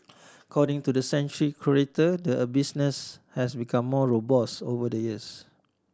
according to the sanctuary curator the business has become more robust over the years